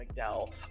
McDowell